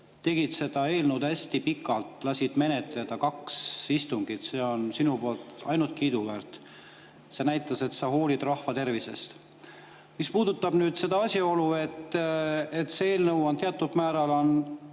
tegelesid selle eelnõuga hästi pikalt, lasid seda menetleda kahel istungil, see on sinu poolt ainult kiiduväärt. See näitas, et sa hoolid rahvatervisest. Mis puudutab seda asjaolu, et see eelnõu on teatud määral